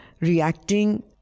reacting